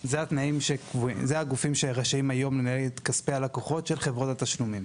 אלה הגופים שרשאים היום לנהל את כספי הלקוחות של חברות התשלומים.